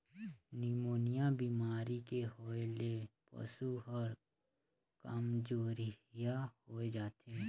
pneumonia बेमारी के होय ले पसु हर कामजोरिहा होय जाथे